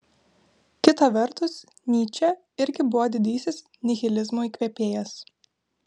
kita vertus nyčė irgi buvo didysis nihilizmo įkvėpėjas